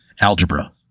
algebra